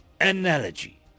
Analogy